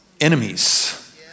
enemies